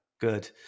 good